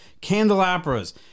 candelabras